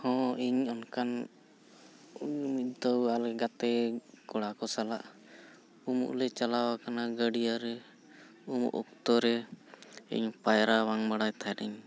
ᱦᱚᱸ ᱤᱧ ᱚᱱᱠᱟᱱ ᱢᱤᱫ ᱫᱷᱟᱣ ᱟᱞᱮ ᱜᱟᱛᱮ ᱠᱚᱲᱟ ᱠᱚ ᱥᱟᱞᱟᱜ ᱩᱢᱩᱜᱼᱞᱮ ᱪᱟᱞᱟᱣ ᱟᱠᱟᱱᱟ ᱜᱟᱹᱰᱤᱭᱟᱹ ᱨᱮ ᱩᱢᱚᱜ ᱚᱠᱛᱚ ᱨᱮ ᱤᱧ ᱯᱟᱭᱨᱟ ᱵᱟᱝ ᱵᱟᱲᱟᱭ ᱛᱟᱦᱮᱱᱤᱧ